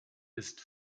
ist